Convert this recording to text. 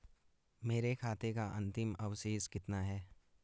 मेरे खाते का अंतिम अवशेष कितना है?